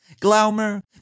Glaumer